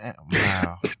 Wow